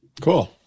Cool